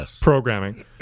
programming